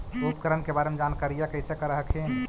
उपकरण के बारे जानकारीया कैसे कर हखिन?